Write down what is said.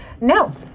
No